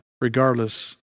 regardless